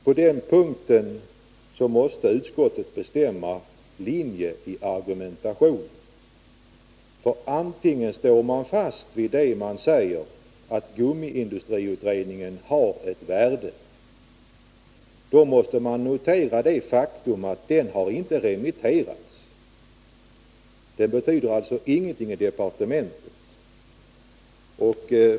På den punkten måste utskottet bestämma linje i argumentationen. Om man står fast vid det man säger, att gummiindustriutredningen har ett värde, måste jag notera det faktum att den inte har remitterats. Den betyder alltså ingenting i departementet.